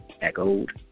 echoed